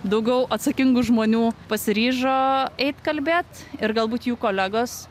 daugiau atsakingų žmonių pasiryžo eit kalbėt ir galbūt jų kolegos